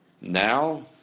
Now